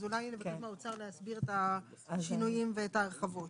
אז אולי נבקש מהאוצר להסביר את השינויים ואת ההרחבות.